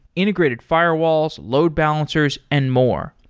integrated firewalls, load balancers and more.